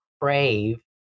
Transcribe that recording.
crave